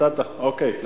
אם כך, אנחנו